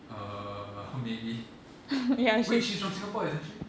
err maybe wait she's from singapore isn't she